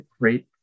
great